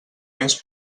més